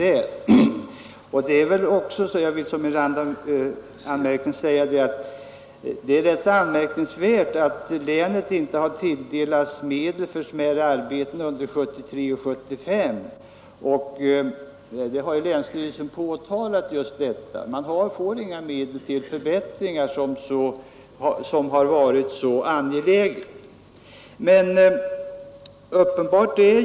Jag vill säga som en randanmärkning att det är rätt märkligt att Örebro län inte har tilldelats medel för smärre arbeten under 1973 och 1975, vilket också länsstyrelsen har påtalat. Länet får inga medel till förbättringar som är myckat angelägna.